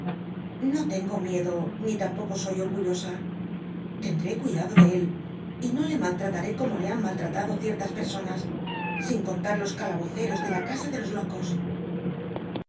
no tengo miedo ni a mpoco soy orgullosa tcndé cuidado dcl él y no le maltrataré como le han maltratado ciertas personas i n contar los calaboceros de la casa de los locos